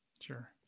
Sure